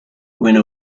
winner